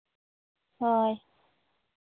ᱦᱳᱭ